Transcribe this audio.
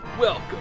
Welcome